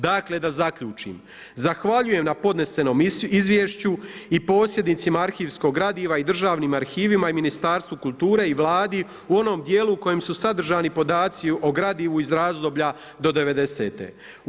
Dakle da zaključim, zahvaljujem na podnesenom izvješću i posjednicima arhivskog gradiva i Državnim arhivima i Ministarstvu kulture i Vladi u onom dijelu u kojem su sadržani podaci o gradivu iz razdoblja do devedesete.